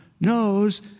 knows